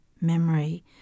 memory